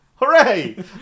Hooray